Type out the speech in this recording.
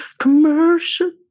commercial